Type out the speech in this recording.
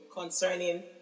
concerning